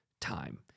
time